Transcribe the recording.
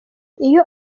iyo